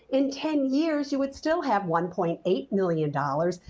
in ten years, you would still have one point eight million dollars.